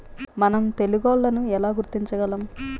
మనం తెగుళ్లను ఎలా గుర్తించగలం?